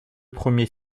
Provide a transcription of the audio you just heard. premiers